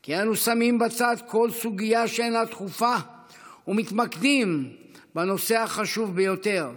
כי אנו שמים בצד כל סוגיה שאינה דחופה ומתמקדים בנושא החשוב ביותר,